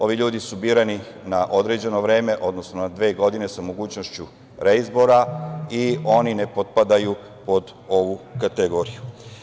Ovi ljudi su birani na određeno vreme, odnosno na dve godine sa mogućnošću reizbora i oni ne potpadaju pod ovu kategoriju.